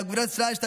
אגודת ישראל,